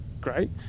great